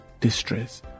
distress